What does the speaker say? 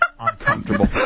Uncomfortable